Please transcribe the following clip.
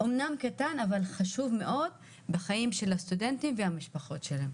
אמנם קטן אבל חשוב מאוד בחיים של הסטודנטים והמשפחות שלהם.